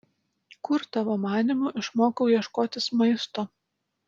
kur tavo manymu išmokau ieškotis maisto